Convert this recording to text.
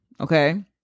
okay